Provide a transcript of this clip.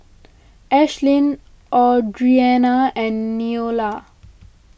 Ashlyn Audriana and Neola